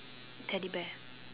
Teddy bear